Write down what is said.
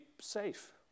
safe